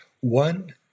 One